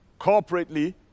corporately